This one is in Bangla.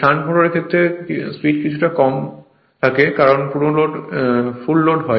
শান্ট মোটরের ক্ষেত্রে স্পিড কিছুটা কমে যায় এবং পুরো লোড হয়